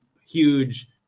huge